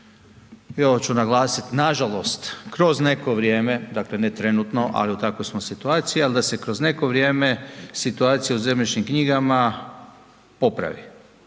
i ovo ću naglasiti nažalost, kroz neko vrijeme, dakle ne trenutno, ali u takvoj smo situaciji, ali da se kroz neko vrijeme situacija u ZK popravi.